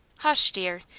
hush, dear,